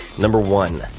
number one,